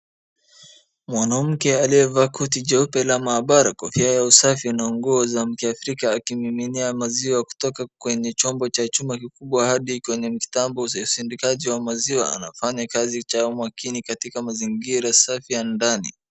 Mwanamke aliyevaa koti jeupe la maabara, kofia ya usafi na nguo za kiafrika akimiminia maziwa kutoka kwenye chombo cha chuma kikubwa hadi kwenye mitambo za usindikaji wa maziwa, anafanya kazi kwa umakini katika mazingira safi ya ndani.